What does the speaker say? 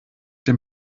dem